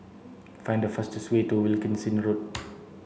find the fastest way to Wilkinson Road